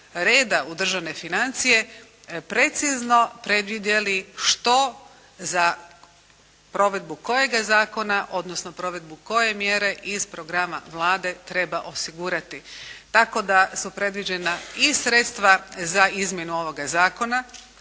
reda u državne financije precizno predvidjeli što za provedbu kojega zakona, odnosno provedbu koje mjere iz programa Vlade treba osigurati. Tako da su predviđena i sredstva za izmjenu ovoga Zakona,